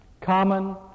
Common